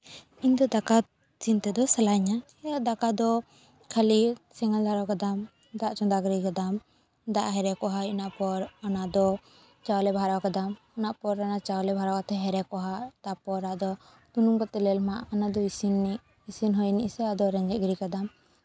ᱤᱧ ᱫᱚ ᱫᱟᱠᱟ ᱩᱛᱩ ᱤᱥᱤᱱ ᱫᱚ ᱥᱟᱱᱟᱧᱟ ᱫᱟᱠᱟ ᱫᱚ ᱠᱷᱟᱹᱞᱤ ᱥᱮᱸᱜᱮᱞ ᱫᱷᱚᱨᱟᱣ ᱠᱟᱫᱟᱢ ᱫᱟᱜ ᱪᱚᱸᱫᱟ ᱜᱤᱰᱤ ᱠᱟᱫᱟᱢ ᱫᱟᱜ ᱦᱮᱰᱮᱡᱚᱜᱼᱟ ᱚᱱᱟ ᱯᱚᱨ ᱚᱱᱟ ᱫᱚ ᱪᱟᱣᱞᱮ ᱵᱷᱚᱨᱟᱣ ᱠᱟᱫᱟᱢ ᱚᱱᱟ ᱯᱚᱨ ᱚᱱᱟ ᱪᱟᱣᱞᱮ ᱵᱷᱚᱨᱟᱣ ᱦᱮᱰᱮᱡᱚᱜᱼᱟ ᱛᱟᱨᱯᱚᱨ ᱟᱫᱚ ᱛᱩᱱᱩᱢ ᱠᱟᱛᱮᱜ ᱧᱮᱞ ᱢᱮ ᱚᱱᱟ ᱫᱚ ᱤᱥᱤᱱ ᱟᱹᱱᱤᱡ ᱤᱥᱤᱱ ᱦᱩᱭ ᱟᱹᱱᱤᱡ ᱥᱮ ᱟᱫᱚ ᱨᱮᱸᱡᱮᱫ ᱜᱤᱰᱤ ᱠᱟᱫᱟᱢ